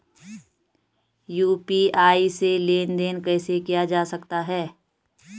UPI से लेनदेन कैसे किया जा सकता है?